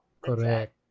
Correct